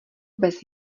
bez